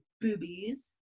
boobies